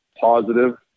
positive